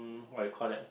what you call that